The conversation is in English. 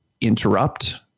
interrupt